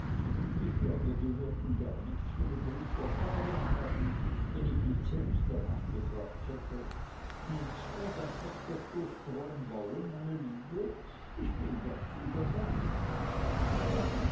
ich glaube wir würden gar nichts von dem brief erfahren haben wenn ich nicht selbst danach gefragt hätte nennst du das auf doktor strong bauen meine liebe ich bin ganz überrascht